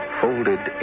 folded